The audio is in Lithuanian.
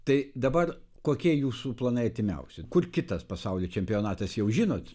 tai dabar kokie jūsų planai artimiausi kur kitas pasaulio čempionatas jau žinot